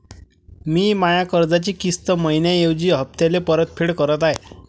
मी माया कर्जाची किस्त मइन्याऐवजी हप्त्याले परतफेड करत आहे